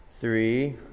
Three